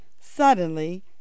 Suddenly